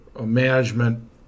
management